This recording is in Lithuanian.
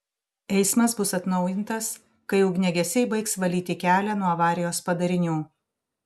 eismas bus atnaujintas kai ugniagesiai baigs valyti kelią nuo avarijos padarinių